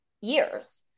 years